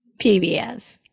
PBS